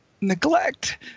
neglect